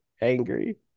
angry